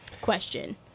question